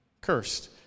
cursed